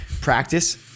practice